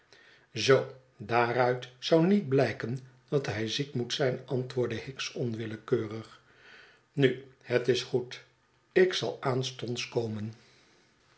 zoo daaruit zou niet blijken dat hij ziek moet zijn antwoordde hicks onwillekeurig nu het is goed ik zal aanstonds komen